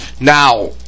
Now